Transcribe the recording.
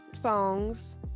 songs